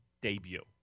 debut